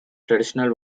traditional